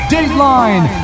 Dateline